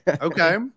Okay